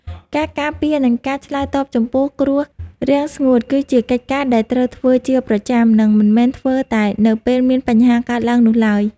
ការការពារ និងការឆ្លើយតបចំពោះគ្រោះរាំងស្ងួតគឺជាកិច្ចការដែលត្រូវធ្វើជាប្រចាំ និងមិនមែនធ្វើតែនៅពេលមានបញ្ហាកើតឡើងនោះឡើយ។